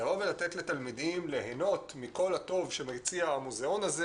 לבוא ולתת לתלמידים ליהנות מכל הטוב שמציע המוזיאון הזה